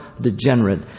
degenerate